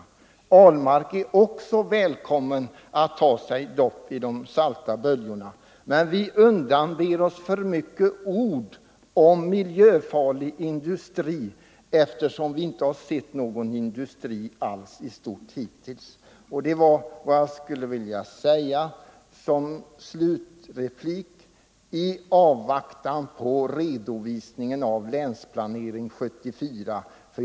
Herr Ahlmark är också välkommen att ta sig ett dopp där. Men vi undanber oss för många ord om miljöfarlig industri, eftersom vi i stort hittills inte har sett någon industri alls. Detta var vad jag skulle vilja ha sagt som slutreplik i avvaktan på redovisningen av Länsplanering 1974.